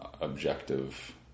objective